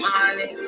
Money